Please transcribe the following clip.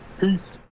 Peace